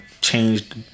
changed